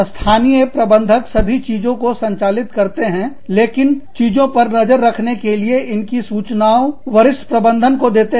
स्थानीय प्रबंधक सभी चीजों को संचालित करते हैं लेकिन चीजों पर नजर रखने के लिए इसकी सूचना वरिष्ठ प्रबंधन को देते हैं